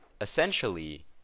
essentially